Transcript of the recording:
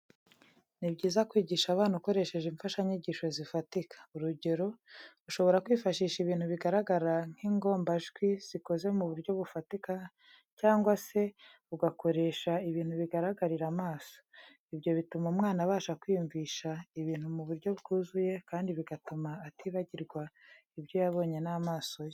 Ni byiza kwigisha abana ukoresheje imfashanyigisho z'ifatika. Urugero, ushobora kwifashisha ibintu bigaragara nk'ingombajwi zikoze mu buryo bufatika cyangwa se ugakoresha ibintu bigaragarira amaso. Ibyo bituma umwana abasha kwiyumvisha ibintu mu buryo bwuzuye, kandi bigatuma atibagirwa ibyo yabonye n'amaso ye.